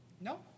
no